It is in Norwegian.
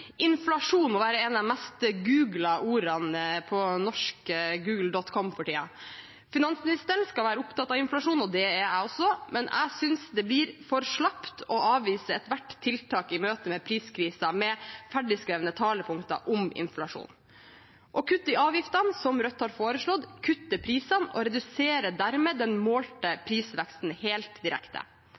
Inflasjon må være et av de mest googlede ordene på norsk Google.com for tiden. Finansministeren skal være opptatt av inflasjon, og det er jeg også, men jeg synes det blir for slapt å avvise ethvert tiltak i møte med priskrisen med ferdigskrevne talepunkter om inflasjon. Å kutte i avgiftene, som Rødt har foreslått, kutter prisene og reduserer dermed den målte prisveksten helt direkte.